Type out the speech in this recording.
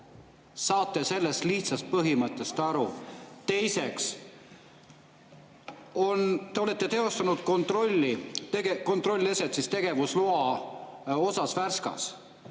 Saate te sellest lihtsast põhimõttest aru? Teiseks, te olete teostanud kontrollieset tegevusloa osas Värskas.